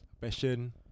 passion